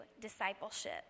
discipleship